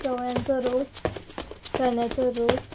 चवळ्यांचो रोस चण्याचो रोस